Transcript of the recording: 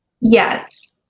Yes